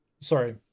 sorry